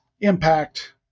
impact